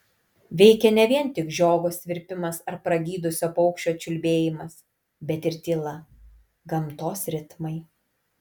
veikė ne vien tik žiogo svirpimas ar pragydusio paukščio čiulbėjimas bet ir tyla gamtos ritmai